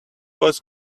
was